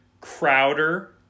Crowder